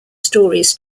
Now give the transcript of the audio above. stories